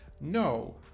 no